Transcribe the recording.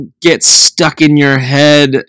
get-stuck-in-your-head